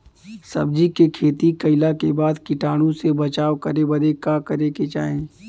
सब्जी के खेती कइला के बाद कीटाणु से बचाव करे बदे का करे के चाही?